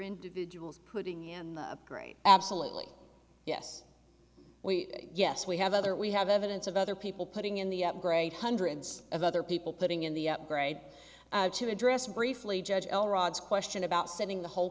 individuals putting in great absolutely yes we yes we have other we have evidence of other people putting in the upgrade hundreds of other people putting in the upgrade to address briefly judge l rods question about sending the whole